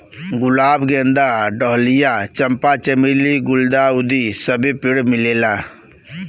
गुलाब गेंदा डहलिया चंपा चमेली गुल्दाउदी सबे पेड़ मिलेला